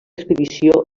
expedició